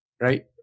right